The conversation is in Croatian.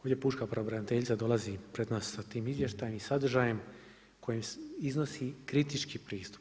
Ovdje pučka pravobraniteljica dolazi pred nas sa tim izvještajem i sadržajem kojim iznosi kritički pristup.